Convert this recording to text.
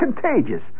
contagious